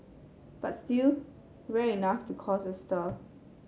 but still rare enough to cause a stir